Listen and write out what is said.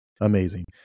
Amazing